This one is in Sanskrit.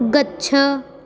गच्छ